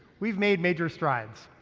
we've made major strides.